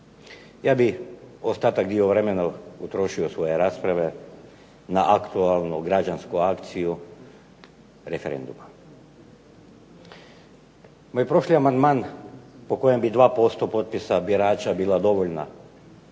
Ja bih ostatak vremena potrošio od svoje rasprave na aktualnu građansku akciju referenduma. Moj prošli amandman po kojem bi 2% potpisa birača bila dovoljna